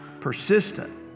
persistent